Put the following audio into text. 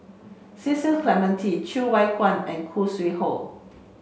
Cecil Clementi Cheng Wai Keung and Khoo Sui Hoe